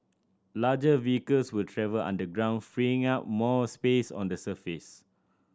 larger vehicles will travel underground freeing up more space on the surface